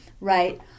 Right